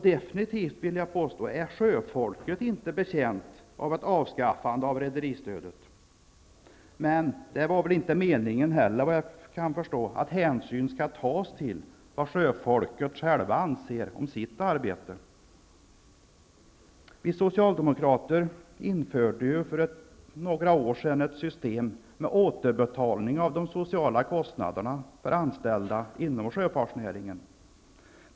Sjöfolket är definitivt inte betjänt av ett avskaffande av rederistödet. Men det var väl inte heller meningen att ta hänsyn till vad sjöfolket själva anser om sitt arbete. Vi socialdemokrater införde ju för några år sedan ett system med återbetalning av de sociala kostnaderna för anställda inom sjöfartsnäringen.